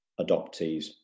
adoptees